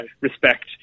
respect